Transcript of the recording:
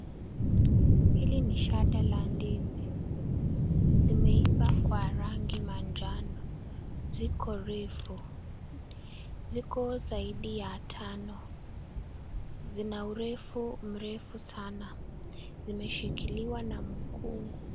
Hili ni shada la ndizi. Zimeiva kwa rangi ya manjano, ziko refu, zaidi ya tano, zinaurefu mrefu sana. Zimeshikiliwa na mkungu.